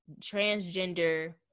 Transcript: transgender